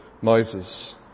Moses